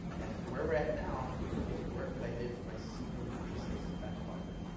and where we're at now is work that i did for my senior thesis at harvard.